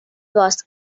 bosc